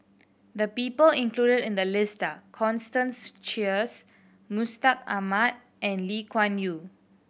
the people included in the list are Constance Sheares Mustaq Ahmad and Lee Kuan Yew